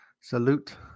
Salute